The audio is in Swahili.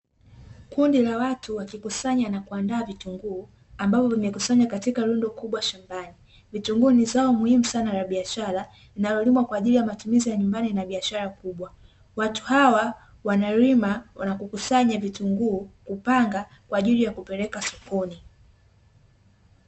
Kundi la watu wakikusanya na kuandaa vitunguu ambavyo vimekusanywa katika rundo kubwa shambani. Vitunguu ni zao kubwa la biashara linalo limwa kwajili ya matumizi ya nyumbani na biashara kubwa, watu hawa wanalima wanakusanya vitunguu kupanga kwajili ya kupeleka sokoni.